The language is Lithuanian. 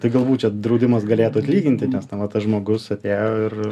tai galbūt čia draudimas galėtų atlyginti nes na va tas žmogus atėjo ir